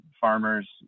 farmers